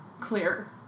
clear